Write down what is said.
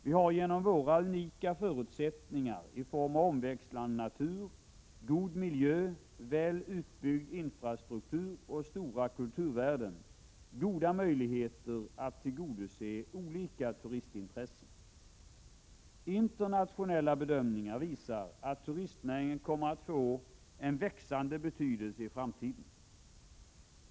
Vi har genom våra unika förutsättningar i form av omväxlande natur, god miljö, väl utbyggd infrastruktur och stora kulturvärden m.m. goda möjligheter att tillgodose olika turistintressen. Internationella bedömningar visar att turistnäringen kommer att få en växande betydelse i framtiden.